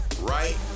right